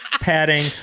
padding